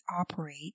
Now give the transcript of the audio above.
operate